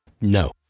No